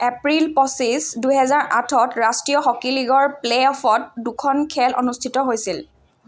এপ্ৰিল পঁচিছ দুহেজাৰ আঠত ৰাষ্ট্ৰীয় হকী লীগৰ প্লে' অফত দুখন খেল অনুষ্ঠিত হৈছিল